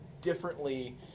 differently